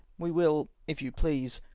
we will, if you please,